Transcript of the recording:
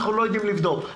אני לא יודעים לבדוק.